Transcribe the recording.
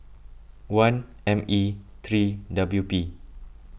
one M E three W P